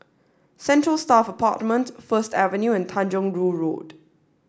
central Staff Apartment First Avenue and Tanjong Rhu Road